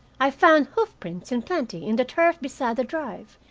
i found hoof-prints in plenty in the turf beside the drive,